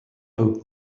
old